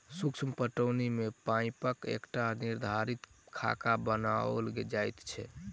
सूक्ष्म पटौनी मे पाइपक एकटा निर्धारित खाका बनाओल जाइत छै